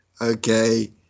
okay